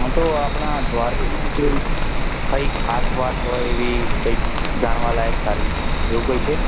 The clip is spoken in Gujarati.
હા તો આપણા દ્વાર કંઈ ખાસ વાત હોય એવી કંઈક જાણવાલાયક સારી એવું કંઈ છે